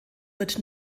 wird